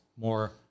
more